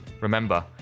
Remember